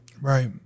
right